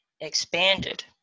expanded